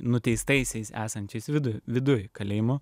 nuteistaisiais esančiais viduj viduj kalėjimo